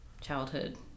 childhood